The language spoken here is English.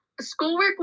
schoolwork